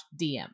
DM